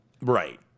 Right